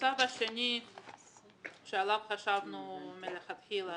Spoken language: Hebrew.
הצו השני שעליו חשבנו מלכתחילה,